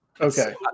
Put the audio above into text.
Okay